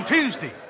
Tuesday